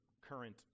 current